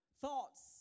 Thoughts